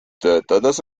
töötades